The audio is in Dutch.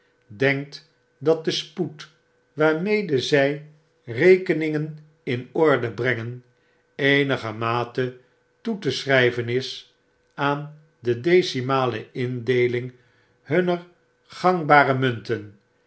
denkt dat de spoed waarmede zg rekeningen in orde brengen eenigermate toe te schryven is aan de decimale indeeling hunner gangbare munten